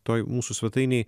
toj mūsų svetainėj